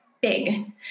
big